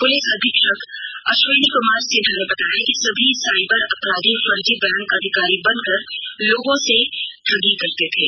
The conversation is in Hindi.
पुलिस अधीक्षक अश्विनी कुमार सिन्हा ने बताया कि सभी साइबर अपराधी फर्जी बैंक अधिकारी बनकर लोगों से ठगी करते थे